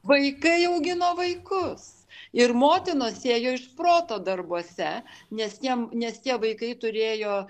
vaikai augino vaikus ir motinos ėjo iš proto darbuose nes jiem nes tie vaikai turėjo